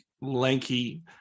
lanky